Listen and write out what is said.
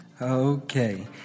Okay